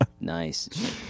nice